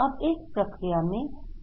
अब इस प्रक्रिया में कौन शामिल हैं